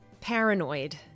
paranoid